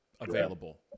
available